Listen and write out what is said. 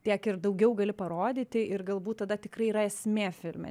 tiek ir daugiau gali parodyti ir galbūt tada tikrai yra esmė filme